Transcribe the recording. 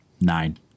Nine